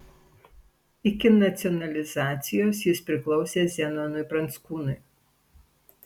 iki nacionalizacijos jis priklausė zenonui pranckūnui